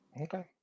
Okay